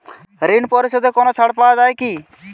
ঋণ পরিশধে কোনো ছাড় পাওয়া যায় কি?